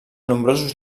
nombrosos